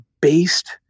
based